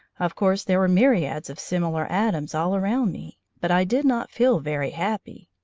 of course there were myriads of similar atoms all around me, but i did not feel very happy.